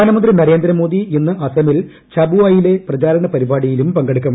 പ്രധാനമന്ത്രി നരേന്ദ്രമോദി ഇന്ന് അസമിൽ ഛബുവയിലെ പ്രചാരണ പരിപാടിയിലും പങ്കെടുക്കും